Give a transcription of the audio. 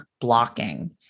blocking